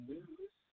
News